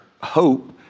hope